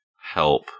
help